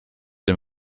dem